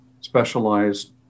specialized